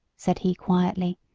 said he quietly,